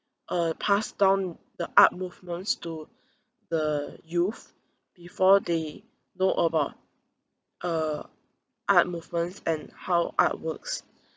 uh pass down the art movements to the youth before they know about uh art movements and how art works